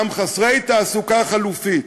גם חסרי תעסוקה חלופית.